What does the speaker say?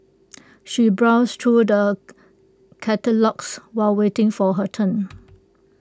she browsed through the catalogues while waiting for her turn